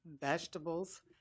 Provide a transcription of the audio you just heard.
vegetables